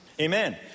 Amen